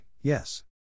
yes